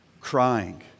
crying